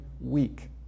week